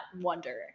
wonder